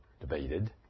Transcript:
debated